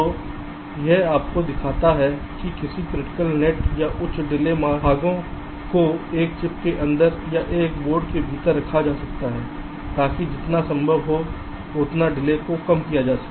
तो यह आपको दिखाता है कि कैसे क्रिटिकल नेट या उच्च डिले भागों को एक चिप के अंदर या एक बोर्ड के भीतर रखा जा सकता है ताकि जितना संभव हो उतना डिले को कम किया जा सके